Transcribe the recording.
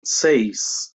seis